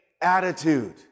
Attitude